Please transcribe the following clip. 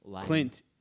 Clint